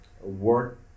work